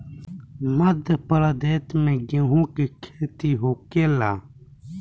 मध्यप्रदेश में गेहू के खेती होखेला